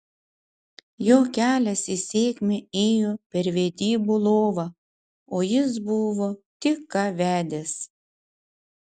jo kelias į sėkmę ėjo per vedybų lovą o jis buvo tik ką vedęs